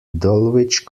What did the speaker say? dulwich